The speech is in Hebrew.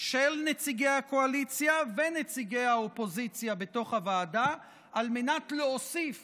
של נציגי הקואליציה ונציגי האופוזיציה בתוך הוועדה על מנת להוסיף